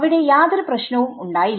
അവിടെ യാതൊരു പ്രശ്നവും ഉണ്ടായില്ല